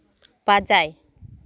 ᱯᱟᱪᱟᱭ